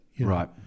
Right